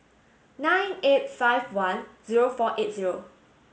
nine eight five one zero four eight zero